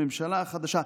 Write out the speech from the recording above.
הממשלה החדשה,